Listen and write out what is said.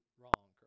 wrong